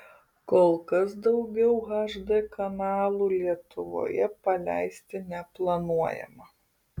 kol kas daugiau hd kanalų lietuvoje paleisti neplanuojama